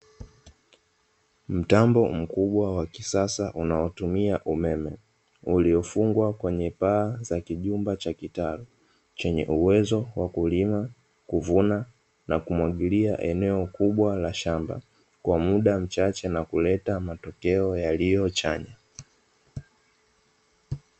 Mtambo mkubwa wa kisasa, unaotumia umeme, uliofungwa kwenye paa za kijumba za kitalu, chenye uwezo wa; kulima, kuvuna na kumwagilia eneo kubwa la shamba kwa muda mchache na kuleta matokeo yaliyo chanya.